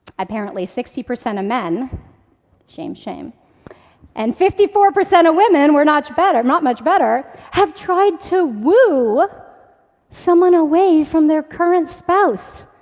apparently, sixty percent of men shame, shame and fifty four percent of women we're not better, not much better have tried to woo someone away from their current spouse.